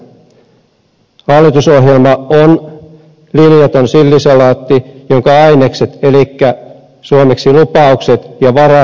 hallitusohjelma on linjaton sillisalaatti jonka ainekset elikkä suomeksi lupaukset ja varat eivät sovi yhteen